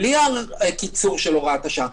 בלי קיצור הוראת השעה.